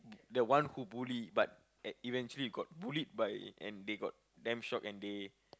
the one who bully but e~ eventually got bullied by and they got damn shocked and they